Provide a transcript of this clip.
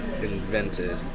invented